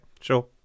Sure